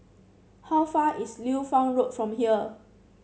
how far is Liu Fang Road from here